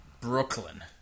Brooklyn